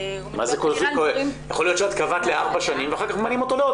יכול להיות שאת קבעת לארבע שנים ואחר כך ממנים אותו לעוד